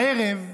הערב,